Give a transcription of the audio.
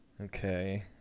Okay